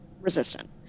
resistant